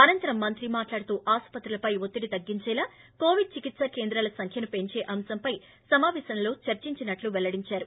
అనంతరం మంత్రి మాట్లాడుతూ ఆసుపత్రులపై ఒత్తిడి తగ్గించేలా కోవిడ్ చికిత్సా కేంద్రాల సంఖ్యను పెంచే అంశంపై సమాపేశంలో చర్చించినట్లు పెల్లడిందారు